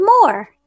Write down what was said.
more